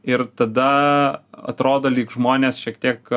ir tada atrodo lyg žmonės šiek tiek